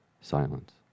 silence